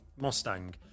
Mustang